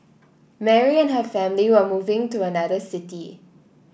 Mary and her family were moving to another city